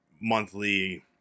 monthly